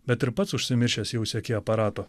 bet ir pats užsimiršęs jau sieki aparato